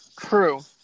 True